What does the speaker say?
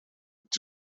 het